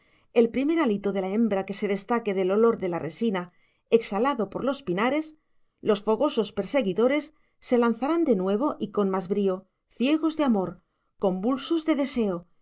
al primer hálito de la hembra que se destaque del olor de la resina exhalado por los pinares los fogosos perseguidores se lanzarán de nuevo y con más brío ciegos de amor convulsos de deseo